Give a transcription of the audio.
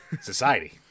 society